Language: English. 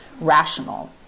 rational